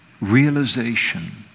realization